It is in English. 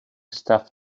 stuff